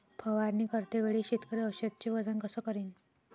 फवारणी करते वेळी शेतकरी औषधचे वजन कस करीन?